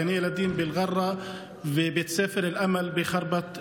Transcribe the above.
בגני ילדים באל-ע'רה ובבית ספר אל-אמל בח'רבת אל-וטן.